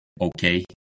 okay